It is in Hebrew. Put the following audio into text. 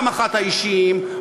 האישיים,